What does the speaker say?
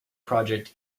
project